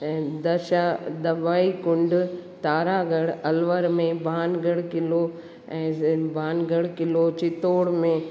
ऐं दशा दवाई कुंड तारागढ़ अलवर में बानगढ़ क़िलो ऐं बानगढ़ क़िलो चितोड़ में